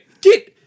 get